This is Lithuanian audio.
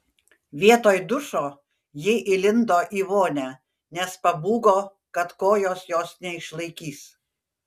vietoj dušo ji įlindo į vonią nes pabūgo kad kojos jos neišlaikys